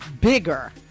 bigger